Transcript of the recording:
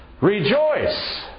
Rejoice